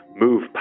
move